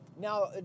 Now